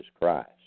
Christ